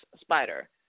spider